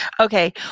Okay